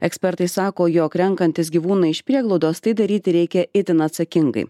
ekspertai sako jog renkantis gyvūną iš prieglaudos tai daryti reikia itin atsakingai